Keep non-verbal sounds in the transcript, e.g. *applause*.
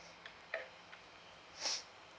*noise*